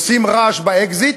עושים רעש באקזיט,